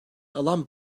alan